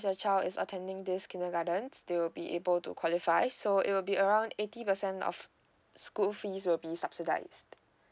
your child is attending this kindergarten still be able to qualifies so it will be around eighty percent of school fees will be subsidized